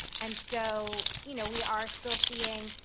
and so you know we are still seeing,